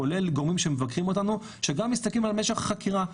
כולל גורמים שמפקחים אותנו שגם מסתכלים על משך החקירה.